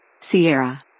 Sierra